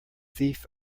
thief